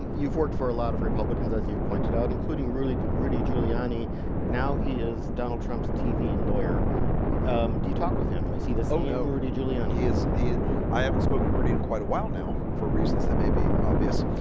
you've worked for a lot of republicans as you've pointed out including rudy rudy giuliani now, he is donald trump's tv lawyer do you talk with him? it's either. oh, no rudy giuliani is he i haven't spoken to rudy in quite a while now for reasons that may be obvious